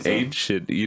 ancient